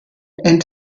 and